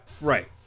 right